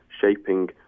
shaping